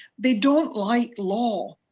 they don't like law,